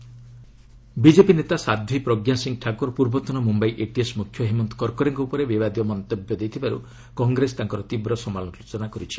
କଂଗ୍ରେସ ପ୍ରଜ୍ଞା ସିଂହ ଠାକ୍ରର BJP ନେତା ସାଧ୍ୱୀ ପ୍ରଜ୍ଞାସିଂହ ଠାକୁର ପୂର୍ବତନ Mumbai ATS ମୁଖ୍ୟ ହେମନ୍ତ କର୍କରେଙ୍କ ଉପରେ ବିବାଦୀୟ ମନ୍ତବ୍ୟ ଦେଇଥିବାରୁ କଂଗ୍ରେସ ତାଙ୍କର ତୀବ୍ର ନିନ୍ଦା କରିଛି